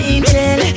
Angel